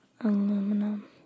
aluminum